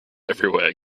everywhere